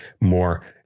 more